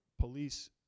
police